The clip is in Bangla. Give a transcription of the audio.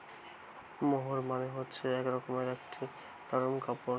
মোহের মানে হচ্ছে এক রকমকার একটি নরম কাপড়